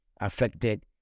affected